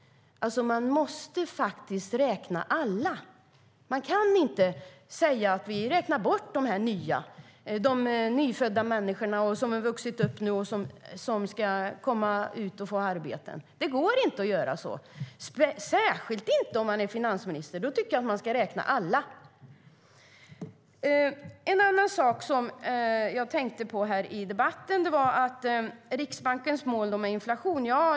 Man måste faktiskt räkna alla. Man kan inte säga: Vi räknar bort de nya - alla nyfödda som nu har vuxit upp och ska komma ut och få arbeten. Det går inte att göra så, särskilt inte om man är finansminister. Då tycker jag att man ska räkna alla. En annan sak jag tänkte på i debatten var Riksbankens inflationsmål.